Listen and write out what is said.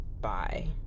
Bye